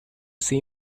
see